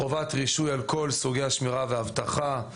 חובת רישוי על כל סוגי השמירה והאבטחה.